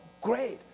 great